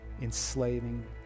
enslaving